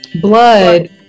blood